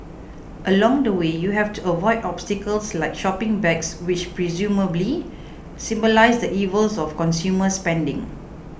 along the way you have to avoid obstacles like shopping bags which presumably symbolise the evils of consumer spending